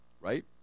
right